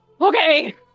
Okay